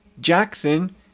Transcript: Jackson